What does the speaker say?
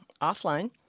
offline